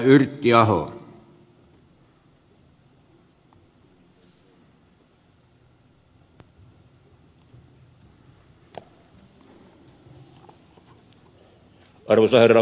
arvoisa herra puhemies